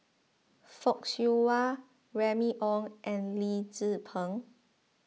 Fock Siew Wah Remy Ong and Lee Tzu Pheng